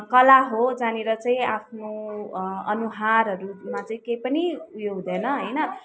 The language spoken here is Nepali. कला हो जहाँनिर चाहिँ आफ्नो अनुहारहरूमा चाहिँ केही पनि उयो हुँदैन होइन